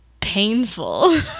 painful